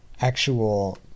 actual